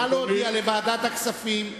נא להודיע לוועדת הכספים.